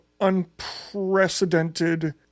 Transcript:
unprecedented